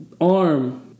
arm